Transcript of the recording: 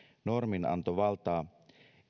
nor minantovaltaa